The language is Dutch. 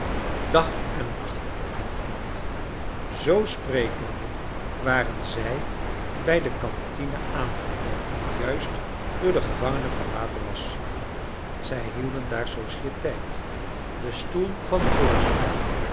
dag en nacht het lieve kind i zoo sprekende waren zij bij de cantine aangekomen die juist door de gevangenen verlaten was zij hielden daar societeit de stoel van den voorzitter